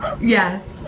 Yes